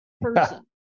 person